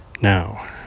now